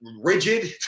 rigid